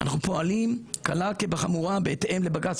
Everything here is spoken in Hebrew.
אנחנו פועלים קלה כבחמורה בהתאם לבג"ץ